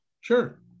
Sure